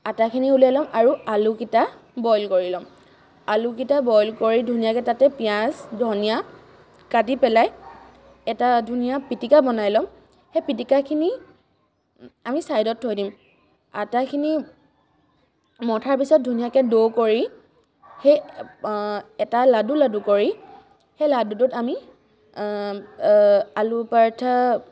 আটাখিনি উলিয়াই ল'ম আৰু আলুকেইটা বইল কৰি ল'ম আলুকেইটা বইল কৰি ধুনীয়াকৈ তাতে পিঁয়াজ ধনিয়া কাটি পেলাই এটা ধুনীয়া পিটিকা বনাই ল'ম সেই পিটিকাখিনি আমি ছাইডত থৈ দিম আটাখিনি মঠাৰ পিছত ধুনীয়াকৈ ডো কৰি সেই এটা লাডু লাডু কৰি সেই লাডুটোত আমি আলু পৰাঠা